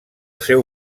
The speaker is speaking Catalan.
seu